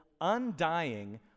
undying